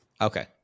Okay